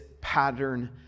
pattern